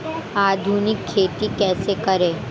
आधुनिक खेती कैसे करें?